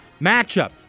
matchup